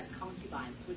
concubines